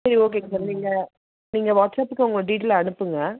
சரி ஓகேங்க சார் நீங்கள் எங்கள் வாட்டஸ்ஆப்புக்கு உங்கள் டீடெயில்ஸ்ஸை அனுப்புங்க